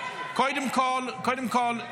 לא לא לא.